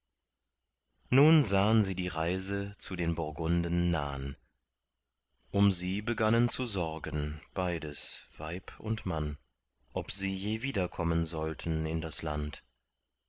nun sahen sie die reise zu den burgunden nahn um sie begannen zu sorgen beides weib und mann ob sie je wiederkommen sollten in das land